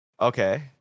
Okay